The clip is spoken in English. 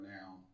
now